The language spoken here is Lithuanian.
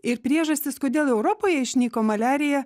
ir priežastys kodėl europoje išnyko maliarija